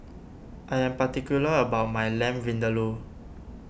I am particular about my Lamb Vindaloo